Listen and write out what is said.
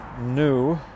new